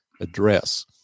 address